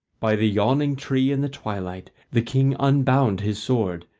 by the yawning tree in the twilight the king unbound his sword,